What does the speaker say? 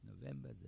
November